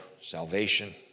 salvation